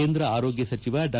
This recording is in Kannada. ಕೇಂದ್ರ ಆರೋಗ್ತ ಸಚಿವ ಡಾ